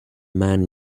man